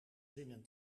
zinnen